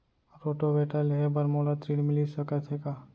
Rotavator लेहे बर मोला ऋण मिलिस सकत हे का?